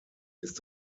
ist